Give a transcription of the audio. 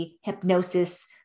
hypnosis